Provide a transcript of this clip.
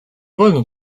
wolno